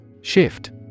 Shift